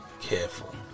careful